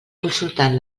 consultant